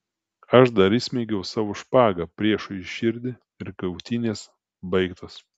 aš dar įsmeigiau savo špagą priešui į širdį ir kautynės baigtos